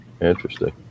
Interesting